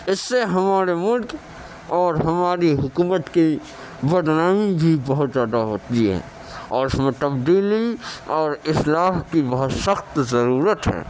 اس سے ہمارے ملک اور ہماری حکومت کی بدنامی بھی بہت جادا ہوتی ہے اور اس میں تبدیلی اور اصلاح کی بہت سخت ضرورت ہے